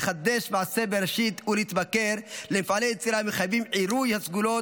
לחדש מעשי בראשית ולהתמכר למפעלי יצירה המחייבים עירוי הסגולות